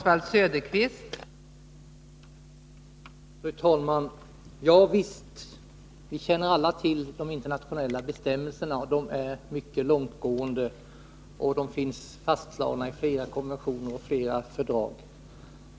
Fru talman! Ja visst! Vi känner alla till de internationella bestämmelserna. De är mycket långtgående, och de finns fastslagna i flera konventioner och flera fördrag.